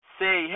say